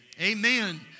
Amen